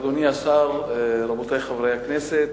אדוני השר, רבותי חברי הכנסת,